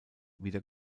wieder